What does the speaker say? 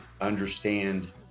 understand